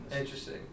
Interesting